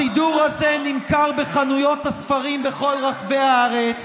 הסידור הזה נמכר בחנויות הספרים בכל רחבי הארץ